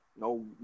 no